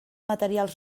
materials